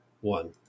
one